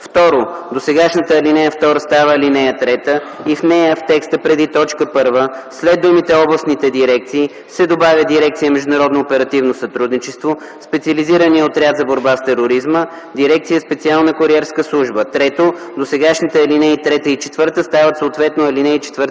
2. Досегашната ал. 2 става ал. 3 и в нея текстът преди т. 1 след думите „областните дирекции” се добавя „дирекция „Международно оперативно сътрудничество”, Специализирания отряд за борба с тероризма, дирекция „Специална куриерска служба”. 3. Досегашните ал. 3 и 4 стават съответно ал. 4